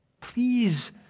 Please